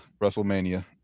Wrestlemania